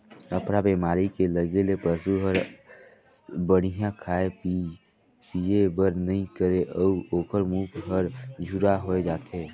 अफरा बेमारी के लगे ले पसू हर बड़िहा खाए पिए बर नइ करे अउ ओखर मूंह हर झूरा होय जाथे